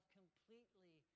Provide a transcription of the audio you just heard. completely